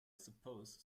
suppose